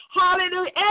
hallelujah